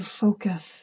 focus